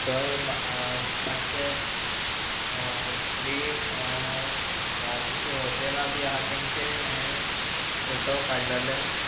थंय मातशें देगेक अशीं हॉटेलां बी आसा तेंचे हे फोटो काडलेलें